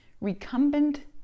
recumbent